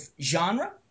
genre